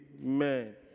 Amen